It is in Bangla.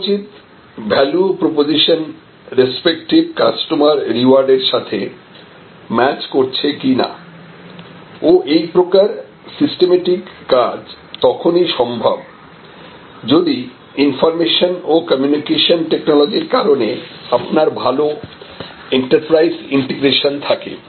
দেখা উচিত value proposition respective customer rewards এর সাথে ম্যাচ করছে কিনা ও এই প্রকার সিস্টেমেটিক কাজ তখনই সম্ভব যদি ইনফর্মেশন ও কমিউনিকেশন টেকনোলজির কারণে আপনার ভালো এন্টারপ্রাইজ ইন্টিগ্রেশন থাকে